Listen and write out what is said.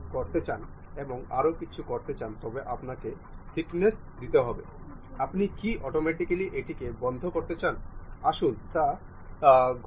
এর জন্য আমরা অনুমান করতে পারি যে এই ফিন কেসিংটি এই পিস্টনের সাথে সমকেন্দ্রিক বলে মনে করা হয় এবং আমরা মেট উপর ক্লিক করব